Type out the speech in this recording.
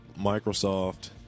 Microsoft